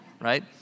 right